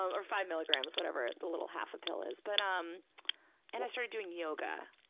or five milligrams, whatever the little half a pill is. but, um and i started doing yoga.